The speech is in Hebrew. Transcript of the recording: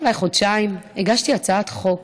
אולי חודשיים, הגשתי הצעת חוק